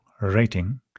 rating